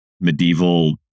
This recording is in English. medieval